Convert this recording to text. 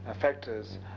factors